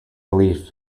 relief